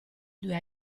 due